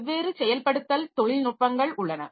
வெவ்வேறு செயல்படுத்தல் தொழில்நுட்பங்கள் உள்ளன